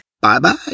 Bye-bye